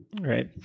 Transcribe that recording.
Right